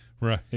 right